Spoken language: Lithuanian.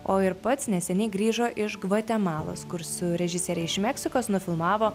o ir pats neseniai grįžo iš gvatemalos kur su režisiere iš meksikos nufilmavo